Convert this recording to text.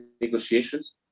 negotiations